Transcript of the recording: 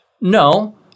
No